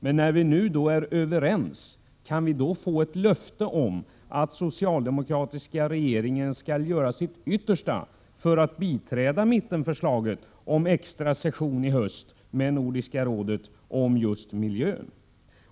Men när vi nu är överens, kan vi då inte få ett löfte om att den socialdemokratiska regeringen skall göra sitt yttersta för att biträda mittenförslaget om en extra session i höst med Nordiska rådet om just miljön?